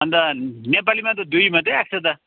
अनि त नेपालीमा त दुई मात्रै आएको छ त